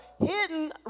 hidden